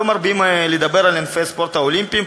מרבים לדבר על ענפי הספורט האולימפיים.